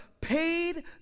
paid